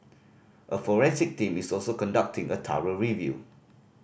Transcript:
a forensic team is also conducting a thorough review